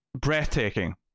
breathtaking